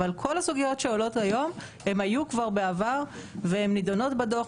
אבל כל הסוגיות שעולות היום הן היו כבר בעבר והן נידונות בדוח,